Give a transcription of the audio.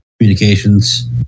communications